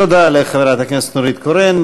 תודה לחברת הכנסת נורית קורן.